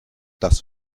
das